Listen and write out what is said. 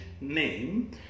name